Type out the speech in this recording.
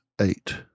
eight